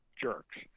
jerks